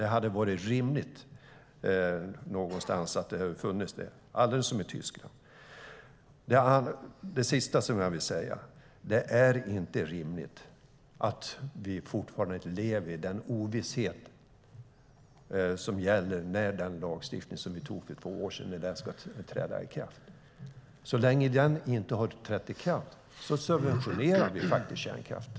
Det hade varit rimligt att det fanns med, som i Tyskland. Till sist: Det är inte rimligt att vi fortfarande lever i ovisshet om när den lagstiftning ska träda i kraft som vi för två år sedan fattade beslut om. Så länge den lagstiftningen inte trätt i kraft subventionerar vi faktiskt kärnkraften!